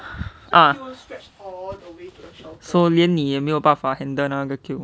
ah so 连你也没有办法 handle 那个 queue